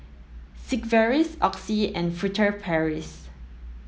Sigvaris Oxy and Furtere Paris